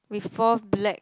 with four black